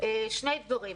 שני דברים.